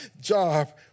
job